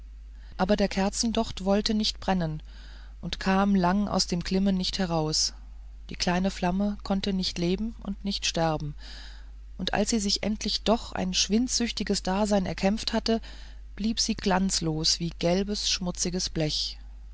aber der kerzendocht wollte nicht brennen und kam lang aus dem glimmen nicht heraus die kleine flamme konnte nicht leben und nicht sterben und als sie sich endlich doch ein schwindsüchtiges dasein erkämpft hatte blieb sie glanzlos wie gelbes schmutziges blech